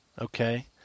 okay